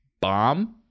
bomb